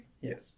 Yes